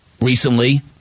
Recently